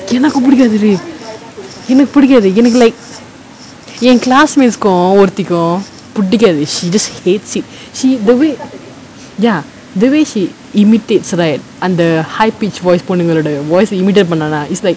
எனக்கு புடிக்காது:enakku pudikkaathu rain எனக்கு புடிக்காது எனக்கு:enakku pudikkaathu enakku like eh class mates கு ஒருத்திக்கு புடிக்காது:ku oruthikku pudikkaathu she just hates it she the way ya the way she imitates right அந்த:antha high pitch voice பொண்ணுங்களுடைய:ponnungaludaiya voice imitates பண்ணேனா:pannaenaa is like